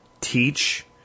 Teach